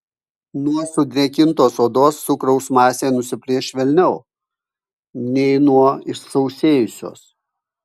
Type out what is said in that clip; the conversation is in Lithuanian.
nuo sudrėkintos odos cukraus masė nusiplėš švelniau nei nuo išsausėjusios